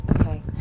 Okay